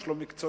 יש לו מקצועיות.